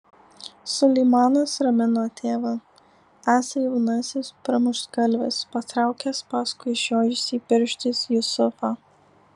suleimanas ramino tėvą esą jaunasis pramuštgalvis patraukęs paskui išjojusį pirštis jusufą